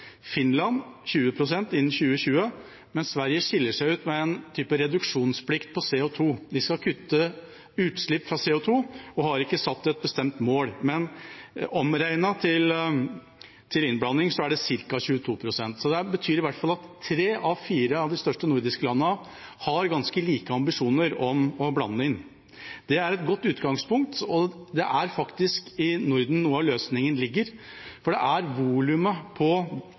Finland 20 pst. innen 2020, mens Sverige skiller seg ut med en type reduksjonsplikt for CO 2 – de skal kutte utslipp av CO 2 og har ikke satt et bestemt mål, men omregnet til innblanding er det ca. 22 pst. Det betyr i hvert fall at tre av fire av de største nordiske landene har ganske like ambisjoner om innblanding. Det er et godt utgangspunkt, og det er faktisk i Norden noe av løsningen ligger, for det er volumet på